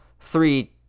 three